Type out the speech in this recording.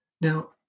Now